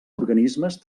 organismes